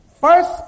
First